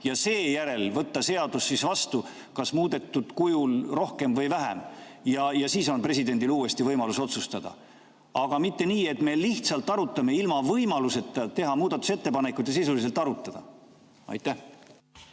ja seejärel võtta seadus vastu kas rohkem või vähem muudetud kujul. Ja siis on presidendil uuesti võimalus otsustada. Aga mitte nii, et me lihtsalt arutame ilma võimaluseta teha muudatusettepanekuid ja sisuliselt arutada. Aitäh!